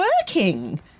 working